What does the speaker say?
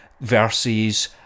versus